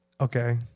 okay